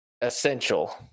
essential